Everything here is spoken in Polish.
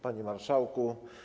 Panie Marszałku!